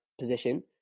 position